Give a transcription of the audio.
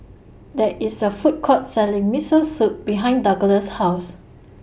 There IS A Food Court Selling Miso Soup behind Douglass' House